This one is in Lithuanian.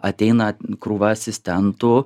ateina krūva asistentų